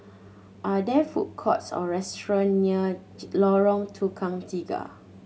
are there food courts or restaurant near Lorong Tukang Tiga